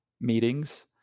meetings